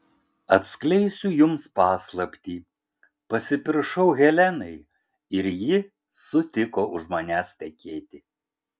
atskleisiu jums paslaptį pasipiršau helenai ir ji sutiko už manęs tekėti